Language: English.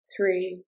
three